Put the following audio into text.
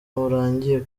urangiye